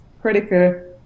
critical